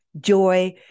joy